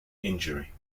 injury